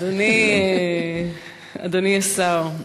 אדוני השר,